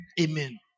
Amen